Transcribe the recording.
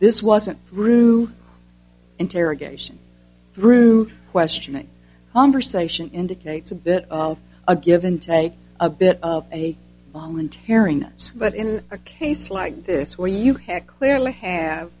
this wasn't through interrogation through questioning conversation indicates a bit of a give and take a bit of a voluntary nuts but in a case like this where you have clearly